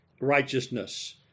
righteousness